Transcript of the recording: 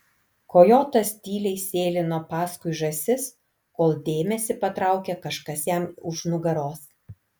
kojotas tyliai sėlino paskui žąsis kol dėmesį patraukė kažkas jam už nugaros